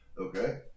Okay